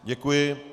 Děkuji.